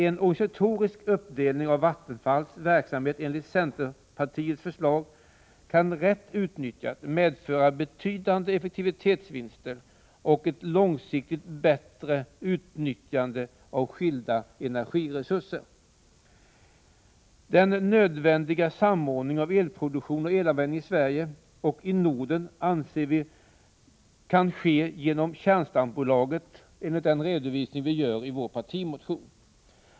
En organisatorisk uppdelning av Vattenfalls verksamhet enligt centerpartiets förslag kan rätt utnyttjat medföra betydande effektivitetsvinster och ett långsiktigt bättre utnyttjande av skilda energiresurser. Den nödvändiga samordningen av elproduktion och elanvändning i Sverige och i Norden anser vi kunna ske genom KÄRNSTAM-bolaget enligt den redovisning vi gör i vår partimotion.